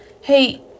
Hey